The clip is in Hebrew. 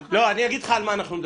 אני אגיד לך על מה אנחנו מדברים.